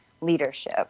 leadership